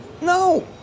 no